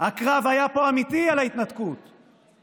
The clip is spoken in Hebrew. הקרב על ההתנתקות היה פה אמיתי.